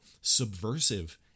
subversive